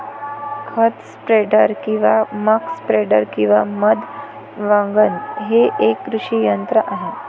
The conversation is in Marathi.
खत स्प्रेडर किंवा मक स्प्रेडर किंवा मध वॅगन हे एक कृषी यंत्र आहे